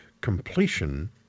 completion